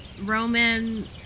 Roman